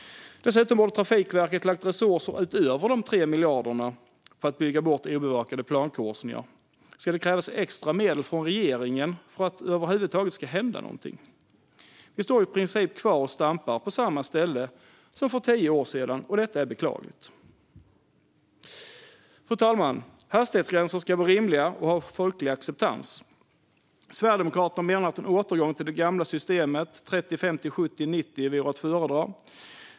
Dessutom borde Trafikverket ha lagt resurser utöver de 3 miljarderna på att bygga bort obevakade plankorsningar. Ska det krävas extra medel från regeringen för att det över huvud taget ska hända någonting? Vi står i princip kvar och stampar på samma ställe som för tio år sedan, och detta är beklagligt. Fru talman! Hastighetsgränser ska vara rimliga och ha folklig acceptans. Sverigedemokraterna menar att en återgång till det gamla systemet med 30, 50, 70 och 90 vore att föredra.